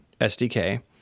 sdk